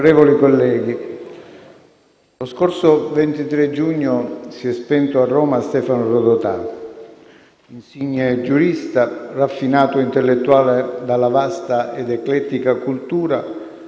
Onorevoli colleghi, lo scorso 23 giugno si è spento a Roma Stefano Rodotà, insigne giurista, raffinato intellettuale dalla vasta ed eclettica cultura,